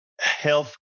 health